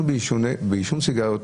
בעישון סיגריות,